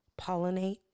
pollinate